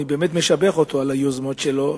אני משבח אותו על היוזמות שלו,